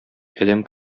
адәм